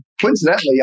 coincidentally